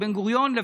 בן-גוריון,